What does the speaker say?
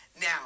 Now